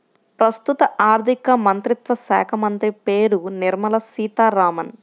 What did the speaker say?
ప్రస్తుత ఆర్థికమంత్రిత్వ శాఖామంత్రి పేరు నిర్మల సీతారామన్